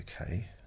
okay